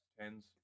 tens